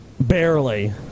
Barely